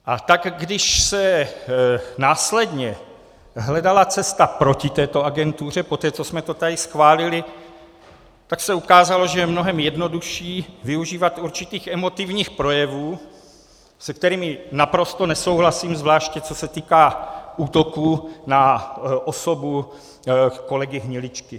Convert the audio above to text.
A tak když se následně hledala cesta proti této agentuře, poté co jsme to tady schválili, tak se ukázalo, že je mnohem jednodušší využívat určitých emotivních projevů, se kterými naprosto nesouhlasím, zvláště co se týká útoku na osobu kolegy Hniličky.